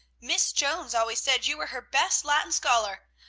miss jones always said you were her best latin scholar.